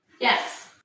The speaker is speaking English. Yes